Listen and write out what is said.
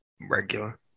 regular